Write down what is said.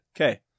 Okay